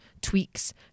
tweaks